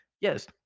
Yes